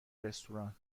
رستوران